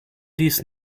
dies